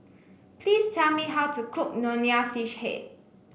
please tell me how to cook Nonya Fish Head